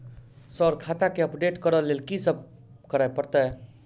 Sir खाता केँ update करऽ लेल की सब करै परतै?